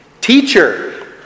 Teacher